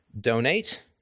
donate